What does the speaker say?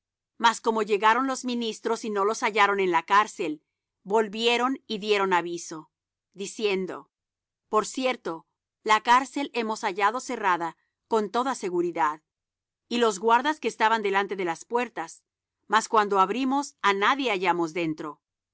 mas como llegaron los ministros y no los hallaron en la cárcel volvieron y dieron aviso diciendo por cierto la cárcel hemos hallado cerrada con toda seguridad y los guardas que estaban delante de las puertas mas cuando abrimos á nadie hallamos dentro